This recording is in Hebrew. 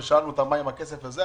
וכששאלנו אותם מה עם הכסף הזה,